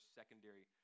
secondary